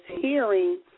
hearing